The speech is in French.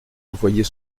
envoyer